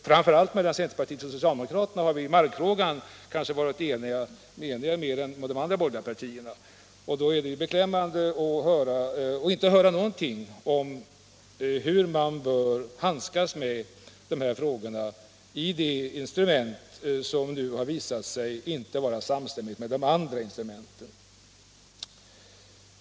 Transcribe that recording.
Framför allt med centerpartiet har socialdemokraterna i markfrågan kanske varit mer eniga än med de andra borgerliga partierna. Då är det beklämmande att inte höra någonting om hur man bör handskas med dessa frågor när det gäller det instrument som nu har visat sig inte vara samstämmigt med de andra instrumenten.